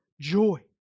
joy